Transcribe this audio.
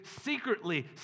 secretly